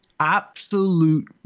Absolute